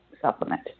supplement